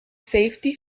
safety